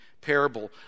parable